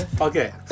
okay